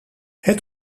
het